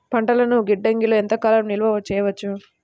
పంటలను గిడ్డంగిలలో ఎంత కాలం నిలవ చెయ్యవచ్చు?